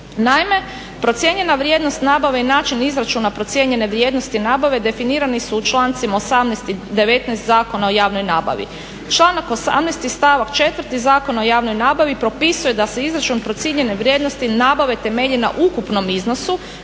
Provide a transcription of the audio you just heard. Naime, procijenjena vrijednost nabave i način izračuna procijenjene vrijednosti nabave definirani su u člancima 18.i 19. Zakona o javnoj nabavi. Članak 18.stavak 4. Zakona o javnoj nabavi propisuje da se izračun procijenjene vrijednosti nabave temelji na ukupnom iznosu